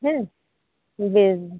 ᱦᱮᱸ ᱤᱫᱤᱭ ᱢᱮ